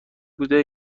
بوده